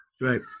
right